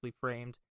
framed